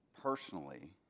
personally